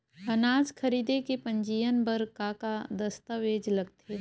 अनाज खरीदे के पंजीयन बर का का दस्तावेज लगथे?